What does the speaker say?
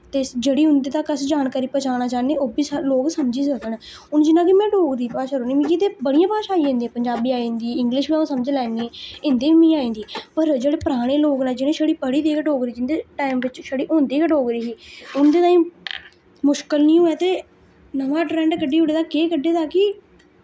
ते जेह्ड़ी उं'दे तक अस जानकारी पजाना चाह्ने ओह् बी लोक समझी सकन हुन जि'यां कि में डोगरी भाशा रोह्नी मिकी ते बड़ियां भाशा आई जन्दियां पंजाबी आई जंदी इंग्लिश वी आ'ऊं समझी लैन्नी हिंदी वी मिगी आइंदी पर जेह्ड़े पराने लोक नै जेह्ड़ी शड़ी पढ़ी दी गै डोगरी जिंदे टाइम विच शड़ी होंदी गै डोगरी ही उं'दे ताईं मुश्कल निं होऐ ते नवां ट्रैंड कड्डी ओड़े दा केह् कड्डे दा कि